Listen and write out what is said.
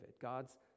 God's